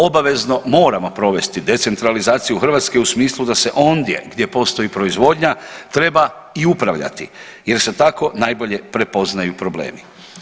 Obavezno moramo provesti decentralizaciju Hrvatske u smislu da se ondje gdje postoji proizvodnja treba i upravljati jer se tako najbolje prepoznaju problemi.